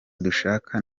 dushaka